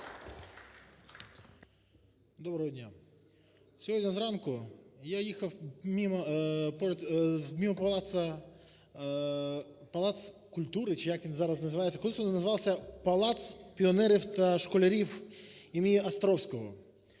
Доброго дня. Сьогодні зранку я їхав мимо палацу, палац культури, чи як він зараз називається, колись він називав Палац піонерів та школярів імені Островського,